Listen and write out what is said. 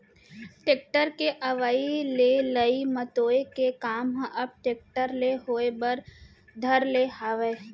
tractor के अवई ले लई मतोय के काम ह अब टेक्टर ले होय बर धर ले हावय